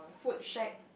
fruit shack